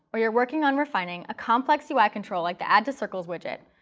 or you're working on refining a complex ui control like the add to circles widget,